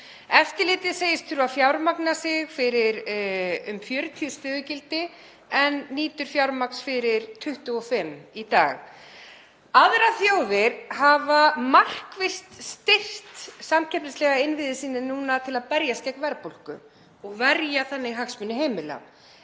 Eftirlitið segist þurfa að fjármagna sig fyrir um 40 stöðugildi en nýtur fjármagns fyrir 25 í dag. Aðrar þjóðir hafa markvisst styrkt samkeppnislega innviði sína núna til að berjast gegn verðbólgu og verja þannig hagsmuni heimila.